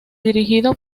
dirigido